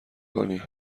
کنی